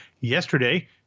yesterday